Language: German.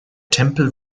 tempel